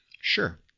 sure